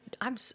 I'm-